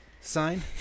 sign